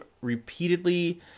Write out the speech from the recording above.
repeatedly